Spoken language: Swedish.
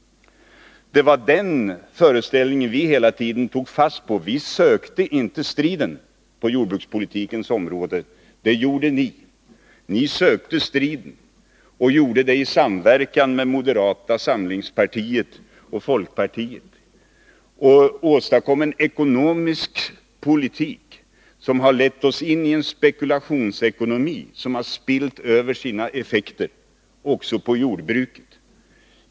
Det var den föreställningen som vi hela tiden tog fasta på. Vi sökte inte strid på jordbrukspolitikens område — det gjorde ni. Ni sökte samverkan med moderata samlingspartiet och folkpartiet och åstadkom en ekonomisk politik, vilken ledde oss in i en spekulationsekonomi som har spillt över sina effekter också på jordbruket.